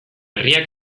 herriak